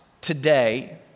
today